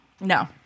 No